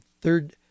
third